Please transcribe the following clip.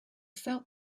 felt